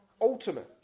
ultimate